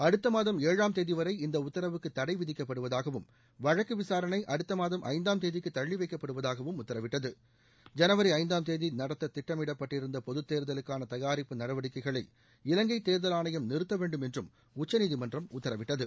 அடுத்த மாதம் ஏழாம் தேதிவரை இந்த உத்தாவுக்கு தடை விதிக்கட்படுவதாகவும் வழக்கு விசாரணை அடுத்த மாதம் ஐந்தாம் தேதிக்கு தள்ளிவைக்கப்படுவதாகவும் உத்தரவிட்டது ஐந்தாம் தேதி நடத்த திட்டமிடப்பட்டிருந்த பொதுத் தேர்தலுக்கான தயாரிப்பு ஐனவரி நடவடிக்கைகளை இலங்கை தேர்தல் ஆணையம் நிறுத்த வேண்டும் என்றும் உச்சநீதிமன்றம் உத்தரவிட்டது